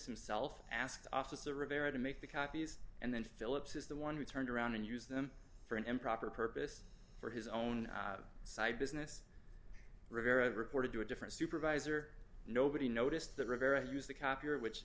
himself asked officer rivera to make the copies and then phillips is the one who turned around and use them for an improper purpose for his own side business rivera reported to a different supervisor nobody noticed that rivera used the copier which